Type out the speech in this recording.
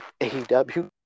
AEW